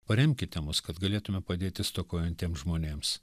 paremkite mus kad galėtume padėti stokojantiems žmonėms